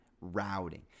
routing